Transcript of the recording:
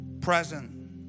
present